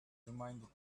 reminded